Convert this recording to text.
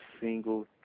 single